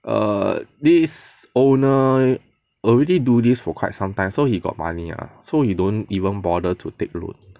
err this owner already do this for quite some time so he got money lah so he don't even bother to take loan